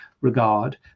regard